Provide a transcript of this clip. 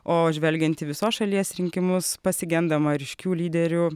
o žvelgiant į visos šalies rinkimus pasigendama ryškių lyderių